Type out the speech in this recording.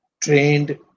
trained